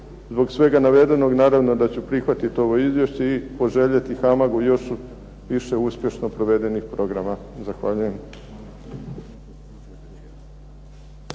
Zbog svega navedenog naravno da ću prihvatiti ovo izvješće i poželjeti "HAMAG-u" još više uspješno provedenih programa. Zahvaljujem.